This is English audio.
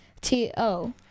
T-O